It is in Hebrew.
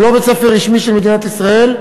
הוא לא בית-ספר רשמי של מדינת ישראל,